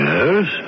Yes